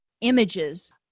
images